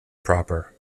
proper